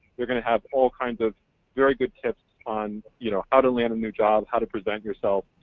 they're going to have all kinds of very good tips on you know how to land a new job, how to present yourself,